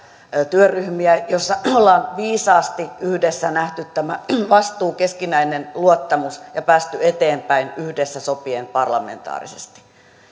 työryhmiä joissa ollaan viisaasti yhdessä nähty tämä vastuu keskinäinen luottamus ja päästy eteenpäin yhdessä sopien parlamentaarisesti